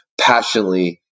passionately